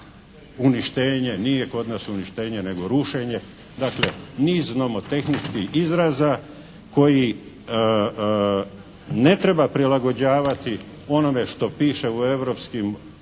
Uništenje, nije kod nas uništenje nego rušenje. Dakle niz nomotehničkih izraza koji ne treba prilagođavati onome što piše u europskim